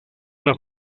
una